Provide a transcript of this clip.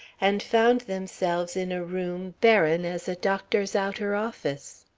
and found themselves in a room barren as a doctor's outer office.